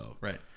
Right